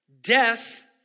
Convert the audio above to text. Death